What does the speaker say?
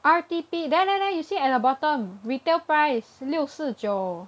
R_T_P there there there you see at the bottom retail price 六四九